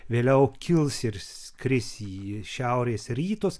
vėliau kils ir skris į šiaurės rytus